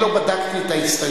אני לא בדקתי את ההסתייגויות.